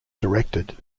directed